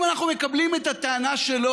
אם אנחנו מקבלים את הטענה שלו,